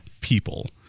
people